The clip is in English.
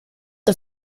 the